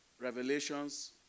Revelations